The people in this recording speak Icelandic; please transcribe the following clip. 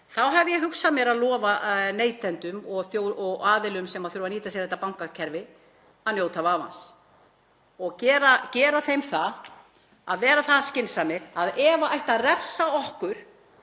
Þá hef ég hugsað mér að lofa neytendum og aðilum sem þurfa að nýta sér bankakerfið að njóta vafans og ætla þeim að vera það skynsamir að ef það ætti að refsa okkur